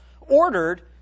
ordered